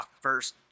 first